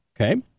okay